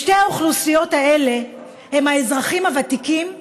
שתי האוכלוסיות האלה הן האזרחים הוותיקים הקשישים,